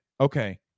okay